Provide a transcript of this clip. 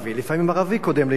לפעמים ערבי קודם ליהודי.